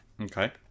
Okay